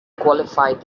qualified